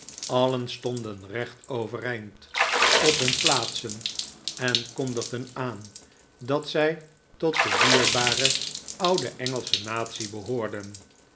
alien stonden recht overeind op hun plaatsen en kondigden aan dat zij tot de dierbare oude engelsche natie behoorden